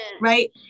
right